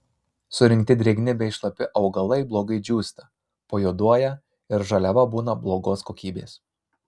surinkti drėgni bei šlapi augalai blogai džiūsta pajuoduoja ir žaliava būna blogos kokybės